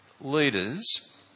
leaders